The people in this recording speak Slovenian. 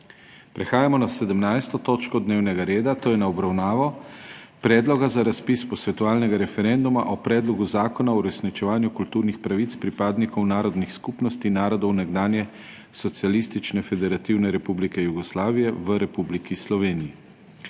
je na 12. seji 10. aprila 2024 obravnaval Predlog za razpis posvetovalnega referenduma o Predlogu zakona o uresničevanju kulturnih pravic pripadnikov narodnih skupnosti narodov nekdanje Socialistične federativne republike Jugoslavije v Republiki Sloveniji,